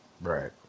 Right